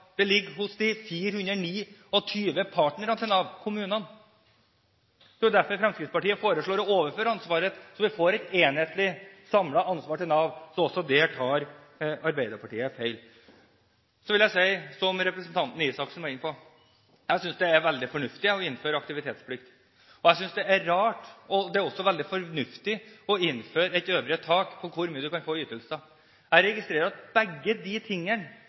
Dette ligger ikke under Nav, det ligger hos de 429 partnerne til Nav, kommunene. Det er derfor Fremskrittspartiet foreslår å overføre ansvaret, slik at vi får et enhetlig, samlet ansvar hos Nav. Også der tar Arbeiderpartiet feil. Så vil jeg si – som representanten Røe Isaksen var inne på: Jeg synes det er veldig fornuftig å innføre aktivitetsplikt. Det er også veldig fornuftig å innføre et øvre tak på hvor mye du kan få i ytelser. Jeg registrerer at begge disse tingene